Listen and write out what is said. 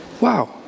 Wow